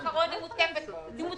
מפעלים חדשים אנחנו חייבים להתייחס לזה.